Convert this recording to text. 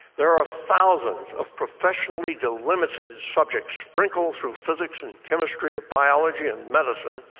there are thousands of professionally delimited subjects sprinkled through physics and chemistry to biology and medicine.